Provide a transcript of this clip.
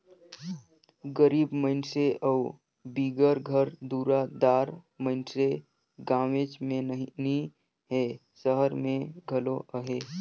गरीब मइनसे अउ बिगर घर दुरा दार मइनसे गाँवेच में नी हें, सहर में घलो अहें